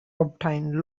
obtain